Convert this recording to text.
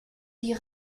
die